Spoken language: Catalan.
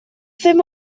fem